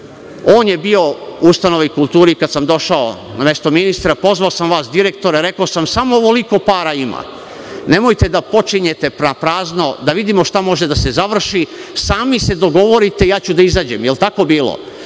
On je bio u ustanovi kulture kada sam došao na mesto ministra. Pozvao sam vas, direktore, i rekao sam – samo ovoliko para ima, nemojte da počinjete prazno, da vidimo šta može da se završi, sami se dogovorite, ja ću da izađem. Je li tako bilo?